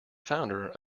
founder